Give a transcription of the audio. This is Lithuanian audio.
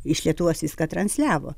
iš lietuvos viską transliavo